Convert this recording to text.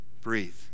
Breathe